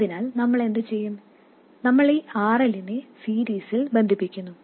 അതിനാൽ നമ്മൾ എന്തുചെയ്യും നമ്മൾ ഈ RL നെ സീരീസിൽ ബന്ധിപ്പിക്കുന്നു